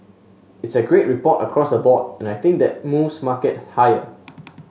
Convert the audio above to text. it's a great report across the board and I think that moves market higher